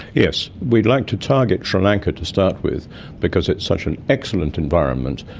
yes, we'd like to target sri lanka to start with because it's such an excellent environment,